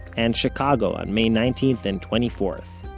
and chicago on may nineteenth and twenty fourth.